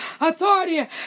authority